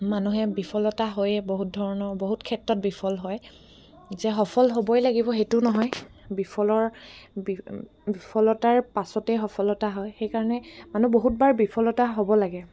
মানুহে বিফলতা হৈয়ে বহুত ধৰণৰ বহুত ক্ষেত্ৰত বিফল হয় যে সফল হ'বই লাগিব সেইটো নহয় বিফলৰ বিফলতাৰ পাছতেই সফলতা হয় সেইকাৰণে মানুহ বহুতবাৰ বিফলতা হ'ব লাগে